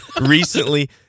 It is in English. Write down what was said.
recently